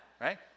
right